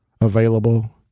available